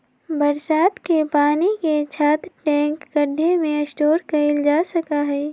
बरसात के पानी के छत, टैंक, गढ्ढे में स्टोर कइल जा सका हई